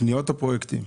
קניות או פרויקטים?